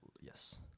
yes